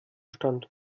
stand